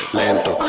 lento